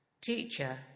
Teacher